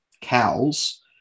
cows